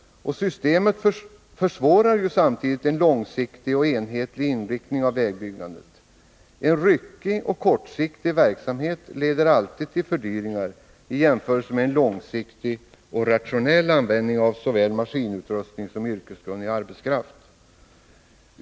Systemet försvårar samtidigt en långsiktig och enhetlig inriktning av vägbyggandet. En ryckig och kortsiktig verksamhet leder alltid till fördyringar i jämförelse med en långsiktig och rationell användning av såväl maskinutrustning som yrkeskunnig arbetskraft.